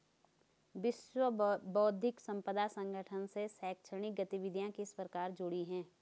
विश्व बौद्धिक संपदा संगठन से शैक्षणिक गतिविधियां किस प्रकार जुड़ी हैं?